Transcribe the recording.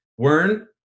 Wern